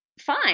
fine